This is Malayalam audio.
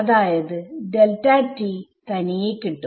അതായത് തനിയെ കിട്ടും